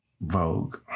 Vogue